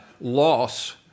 loss